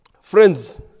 Friends